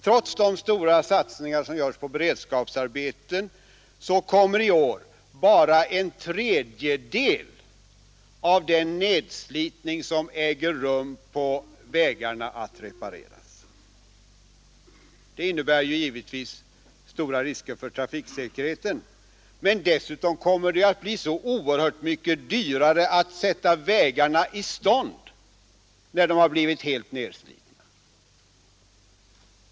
Trots de stora satsningar som görs på beredskapsarbeten, kommer i år bara en tredjedel av den nedslitning som äger rum på vägarna att repareras. Det innebär givetvis stora risker för trafiksäkerheten, men dessutom kommer det att bli så oerhört mycket dyrare att sätta vägarna i stånd när de har blivit helt nerslitna.